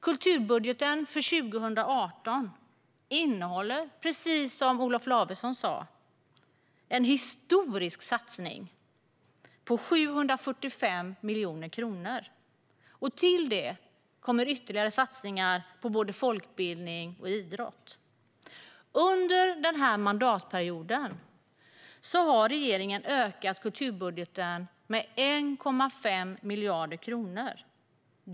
Kulturbudgeten för 2018 innehåller, precis som Olof Lavesson sa, en historisk satsning på 745 miljoner kronor. Till detta kommer ytterligare satsningar på folkbildning och idrott. Under mandatperioden har regeringen ökat kulturbudgeten med 1,5 miljarder kronor.